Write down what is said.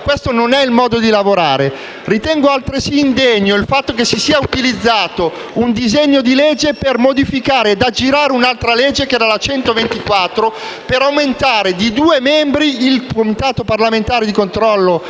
questo non è il modo di lavorare. Ritengo altresì indegno il fatto che si sia utilizzato un disegno di legge per modificare ed aggirare un'altra legge, la n. 124 del 2007, per aumentare di due membri il Comitato parlamentare di controllo